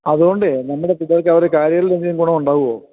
അതുകൊണ്ട് നമ്മുടെ പിള്ളേര്ക്ക് അവരുടെ കാര്യങ്ങളില് എന്തേലും ഗുണം ഉണ്ടാകുമോ